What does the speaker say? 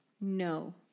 no